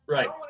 Right